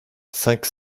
cinq